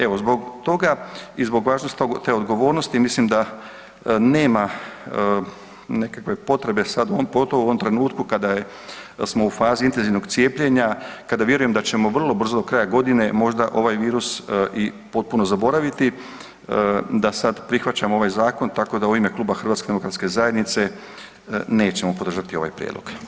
Evo, zbog toga i zbog važnosti te odgovornosti, mislim da nema nekakve potrebe pogotovo u ovom trenutku kada smo u fazi intenzivnog cijepljenja, kada vjerujem da ćemo vrlo brzo do kraja godine, možda ovaj virus i potpuno zaboraviti, da sad prihvaćamo ovaj zakon, tako da u ime kluba HDZ-a nećemo podržati ovaj prijedlog.